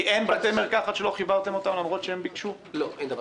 3 מיליוני שקלים שהשקענו --- ראובן,